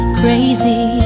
crazy